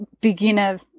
beginner